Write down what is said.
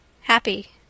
Happy